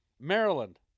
Maryland